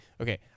Okay